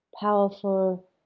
powerful